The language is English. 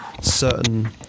certain